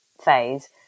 phase